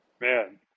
Man